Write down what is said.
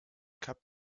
kap